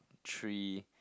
three